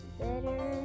better